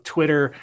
Twitter